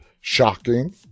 Shocking